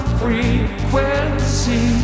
frequency